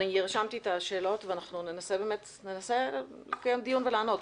אני רשמתי את השאלות ואנחנו ננסה באמת לקיים דיון ולענות.